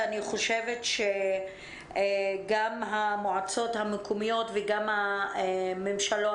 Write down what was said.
אני חושבת שגם המועצות המקומיות וגם הממשלה